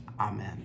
Amen